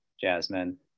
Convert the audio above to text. Jasmine